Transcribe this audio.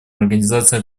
организации